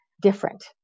different